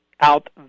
Out